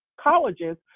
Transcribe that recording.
colleges